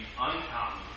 uncommon